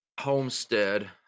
Homestead